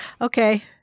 Okay